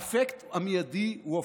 האפקט המיידי הוא הפוך.